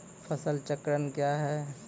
फसल चक्रण कया हैं?